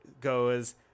goes